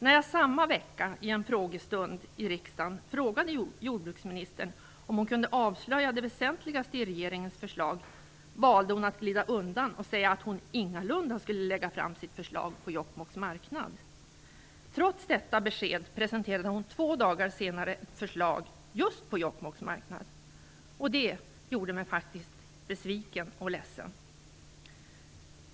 När jag samma vecka under en frågestund i riksdagen frågade jordbruksministern om hon kunde avslöja det väsentligaste i regeringens förslag, valde hon att glida undan och säga att hon ingalunda skulle lägga fram sitt förslag på Jokkmokks marknad. Trots detta besked presenterade hon två dagar senare förslag just på Jokkmokks marknad. Det gjorde mig faktiskt besviken och ledsen.